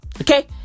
Okay